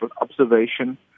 observation